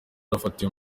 wafatiwe